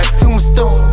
tombstone